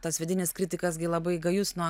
tas vidinis kritikas gi labai gajus nuo